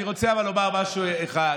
אני רוצה לומר משהו אחד,